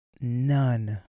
none